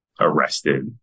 arrested